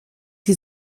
die